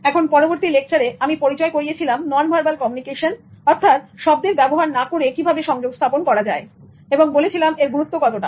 এখন পরবর্তী লেকচারে আমি পরিচয় করিয়ে ছিলাম নন ভার্বাল কমিউনিকেশন অর্থাৎ শব্দের ব্যবহার না করে কিভাবে সংযোগ স্থাপন করা যায় এবং বলেছিলাম এর গুরুত্ব কতটা